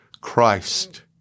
Christ